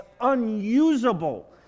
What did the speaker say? unusable